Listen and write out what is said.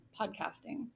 podcasting